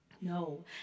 No